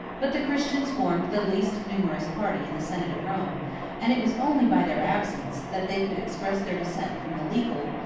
but the christians formed the least numerous party in the senate of rome and it was only by their absence, that they could express their dissent from the legal,